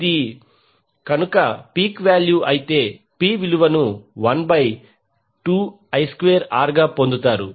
ఇది కనుక peak value అయితే మీరు P విలువను 1 బై 2 I స్క్వేర్ R గా పొందుతారు